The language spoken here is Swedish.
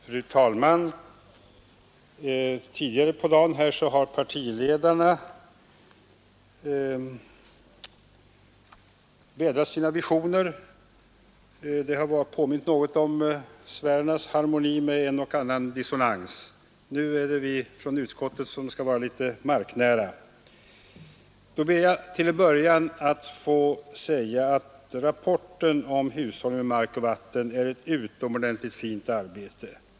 Fru talman! Tidigare på dagen har partiledarna vädrat sina visioner — de har påmint om sfärernas harmoni med en och annan dissonans. Nu är det vi från utskottet som skall vara litet mera marknära. Jag ber att från början säga att rapporten om Hushållning med mark och vatten är ett utomordentligt fint arbete.